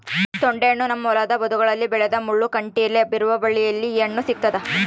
ತೊಂಡೆಹಣ್ಣು ನಮ್ಮ ಹೊಲದ ಬದುಗಳಲ್ಲಿ ಬೆಳೆದ ಮುಳ್ಳು ಕಂಟಿಯಲ್ಲಿ ಹಬ್ಬಿರುವ ಬಳ್ಳಿಯಲ್ಲಿ ಈ ಹಣ್ಣು ಸಿಗ್ತಾದ